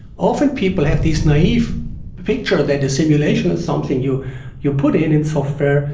often people have this naive picture that a simulation is something you you put in in software,